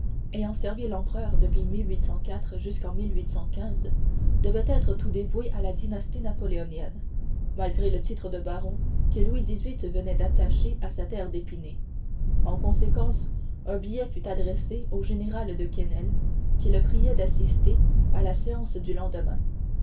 ayant servi l'empereur depuis jusqu'en devait être tout dévoué à la dynastie napoléonienne malgré le titre de baron que louis xviii venait d'attacher à sa terre d'épinay en conséquence un billet fut adressé au général de quesnel qui le priait d'assister à la séance du lendemain